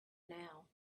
now